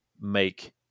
make